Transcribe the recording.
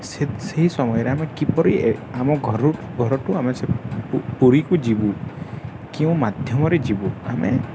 ସେ ସେହି ସମୟରେ ଆମେ କିପରି ଆମ ଘର ଘରଠୁ ଆମେ ସେ ପୁରୀକୁ ଯିବୁ କେଉଁ ମାଧ୍ୟମରେ ଯିବୁ ଆମେ